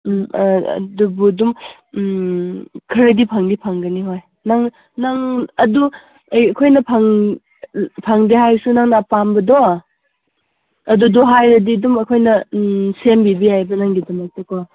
ꯎꯝ ꯑꯗꯨꯕꯨ ꯑꯗꯨꯝ ꯎꯝ ꯈꯔꯗꯤ ꯐꯪꯗꯤ ꯐꯪꯒꯅꯤ ꯍꯣꯏ ꯅꯪ ꯅꯪ ꯑꯗꯨ ꯑꯩꯈꯣꯏꯅ ꯐꯪꯗꯦ ꯍꯥꯏꯔꯁꯨ ꯅꯪꯅ ꯄꯥꯝꯕꯗꯣ ꯑꯗꯨꯗꯨ ꯍꯥꯏꯔꯗꯤ ꯑꯗꯨꯝ ꯑꯩꯈꯣꯏꯅ ꯎꯝ ꯁꯦꯝꯕꯤꯕ ꯌꯥꯏ ꯑꯗꯨ ꯅꯪꯒꯤꯗꯃꯛꯇꯀꯣ